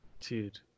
dude